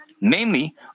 namely